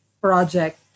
project